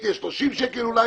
היא תהיה 30 שקל אולי.